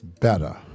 better